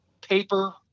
paper